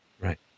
Right